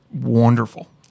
wonderful